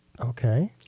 Okay